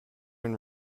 and